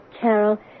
Carol